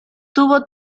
tuvo